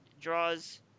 draws